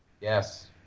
Yes